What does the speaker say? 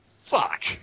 fuck